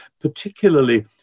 particularly